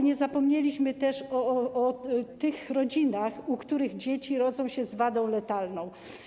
Nie zapomnieliśmy też o tych rodzinach, w których dzieci rodzą się z wadą letalną.